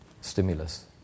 stimulus